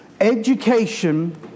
education